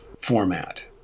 format